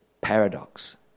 paradox